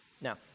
Now